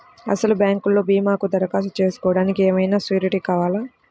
అసలు బ్యాంక్లో భీమాకు దరఖాస్తు చేసుకోవడానికి ఏమయినా సూరీటీ కావాలా?